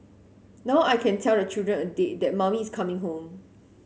now I can tell the children a date that mummy is coming home